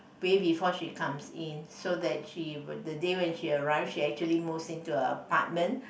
day before she comes in so that she would the day when she arrives she actually moves into an apartment